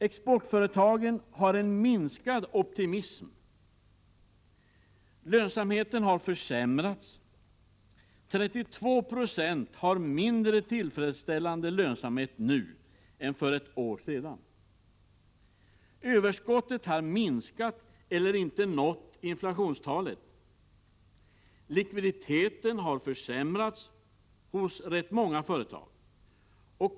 —- Exportföretagen har en minskad optimism. — Lönsamheten har försämrats. 32 Zo har mindre tillfredsställande lönsamhet nu än för ett år sedan. — Överskottet har minskat eller inte nått inflationstalet. — Likviditeten har försämrats i ganska många företag.